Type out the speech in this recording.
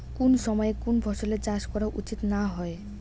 কুন সময়ে কুন ফসলের চাষ করা উচিৎ না হয়?